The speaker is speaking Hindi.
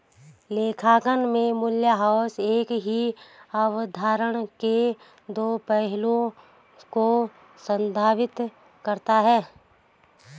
लेखांकन में मूल्यह्रास एक ही अवधारणा के दो पहलुओं को संदर्भित करता है